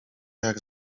jak